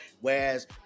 whereas